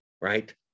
right